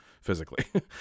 physically